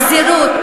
וההתאכזרות,